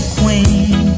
queen